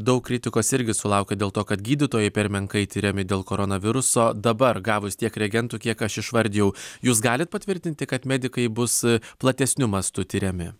daug kritikos irgi sulaukė dėl to kad gydytojai per menkai tiriami dėl koronaviruso dabar gavus tiek reagentų kiek aš išvardijau jūs galit patvirtinti kad medikai bus platesniu mastu tiriami